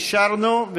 אישרנו,